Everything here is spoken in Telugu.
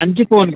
మంచి ఫోన్